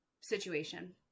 situation